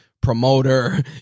promoter